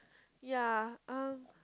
ya um